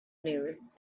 news